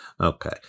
Okay